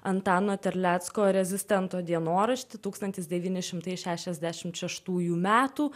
antano terlecko rezistento dienoraštį tūkstantis devyni šimtai šešiasdešim šeštųjų metų